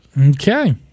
Okay